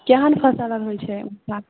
केहन फसल आर होय छै उहाँ